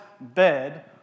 bed